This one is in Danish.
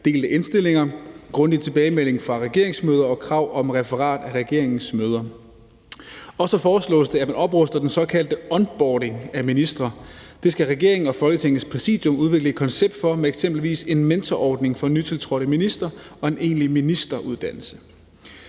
delte indstillinger, grundig tilbagemelding fra regeringsmøder og krav om referat af regeringens møder. Og så foreslås det, at man opruster den såkaldte onboarding af ministre. Det skal regeringen og Folketingets Præsidium udvikle et koncept for med eksempelvis en mentorordning for nytiltrådte ministre og en egentlig ministeruddannelse.